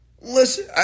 listen